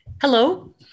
Hello